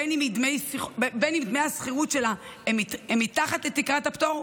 בין אם דמי השכירות שלה הם מתחת לתקרת הפטור,